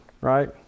right